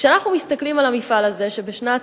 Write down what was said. כשאנחנו מסתכלים על המפעל הזה, שבשנת